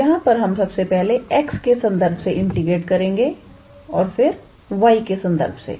तो यहां पर हम सबसे पहले x के संदर्भ से इंटीग्रेट करेंगे और फिर y के संदर्भ से